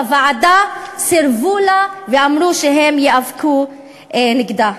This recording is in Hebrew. היום בוועדה סירבו לה ואמרו שהם ייאבקו נגדה.